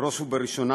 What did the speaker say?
בראש ובראשונה,